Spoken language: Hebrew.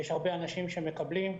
יש הרבה אנשים שמקבלים,